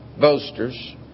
boasters